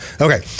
Okay